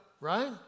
right